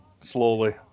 slowly